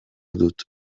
dut